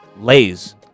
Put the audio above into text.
Lay's